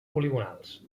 poligonals